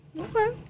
Okay